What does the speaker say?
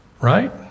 Right